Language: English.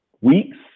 weeks